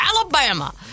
Alabama